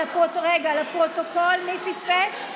לפרוטוקול, לפרוטוקול, מי פספס?